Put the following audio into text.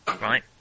Right